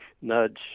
nudge